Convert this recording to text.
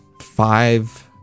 five